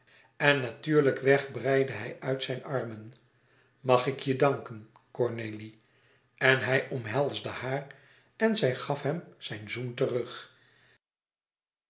en natuurlijk weg breidde hij uit zijn armen mag ik je danken cornélie en hij omhelsde haar en zij gaf hem zijn zoen terug